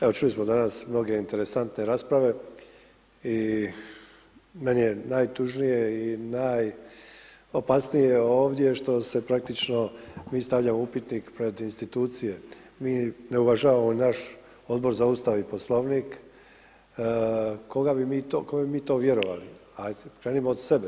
Evo, čuli smo danas mnoge interesantne rasprave i meni je najtužnije i najopasnije ovdje što se praktično mi stavljamo upitnik pred institucije, mi ne uvažavamo naš Odbor za Ustav i Poslovnik, koga bi mi to, kome bi mi to vjerovali, ajde, krenimo od sebe.